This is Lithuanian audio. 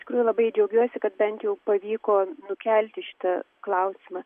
tikrųjų labai džiaugiuosi kad bent jau pavyko nukelti šitą klausimą